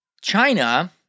China